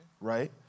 Right